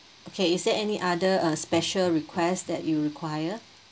okay is there any other uh special request that you require